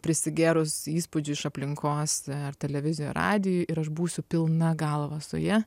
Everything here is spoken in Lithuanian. prisigėrus įspūdžių iš aplinkos ar televizijoj radijuj ir aš būsiu pilna galva su ja